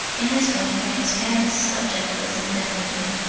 in this way you may expand this subject list indefinitely.